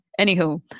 anywho